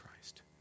Christ